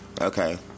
okay